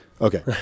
Okay